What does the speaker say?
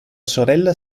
sorella